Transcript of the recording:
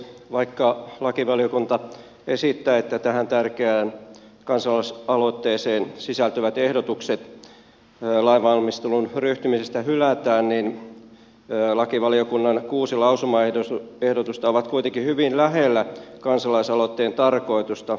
vaikka lakivaliokunta esittää että tähän tärkeään kansalaisaloitteeseen sisältyvät ehdotukset lain valmisteluun ryhtymisestä hylätään niin lakivaliokunnan kuusi lausumaehdotusta ovat kuitenkin hyvin lähellä kansalaisaloitteen tarkoitusta